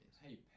Hey